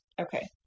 Okay